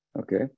Okay